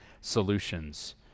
solutions